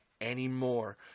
anymore